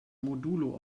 modulo